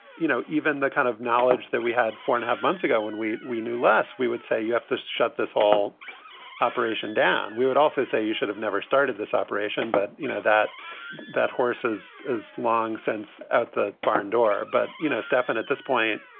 you know, even the kind of knowledge that we had four and a half months ago when we we knew less, we would say you have to shut this whole operation down. we would also say you should have never started this operation. but you know that that horses is long since at the barn door. but you know, stefan, at this point,